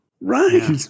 right